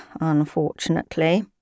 unfortunately